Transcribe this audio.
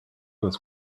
was